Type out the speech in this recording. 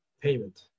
payment